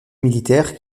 militaire